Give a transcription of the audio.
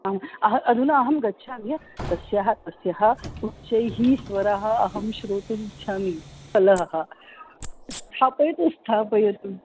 आम् अहम् अधुना अहं गच्छामि तस्याः तस्याः उच्चैः स्वरः अहं श्रोतुम् इच्छामि कलहः स्थापयतु स्थापयतु